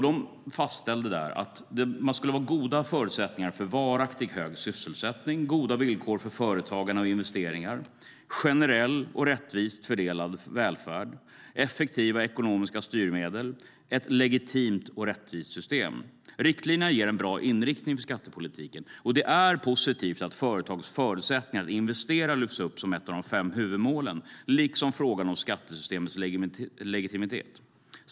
Den fastställde att den ska ge goda förutsättningar för varaktigt hög sysselsättning, goda villkor för företagande och investeringar, generell och rättvist fördelad välfärd, effektiva ekonomiska styrmedel och ett legitimt och rättvist system. Riktlinjerna ger en bra inriktning för skattepolitiken. Det är positivt att företags förutsättningar att investera lyfts upp som ett av de fem huvudmålen liksom frågan om skattesystemets legitimitet.